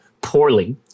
poorly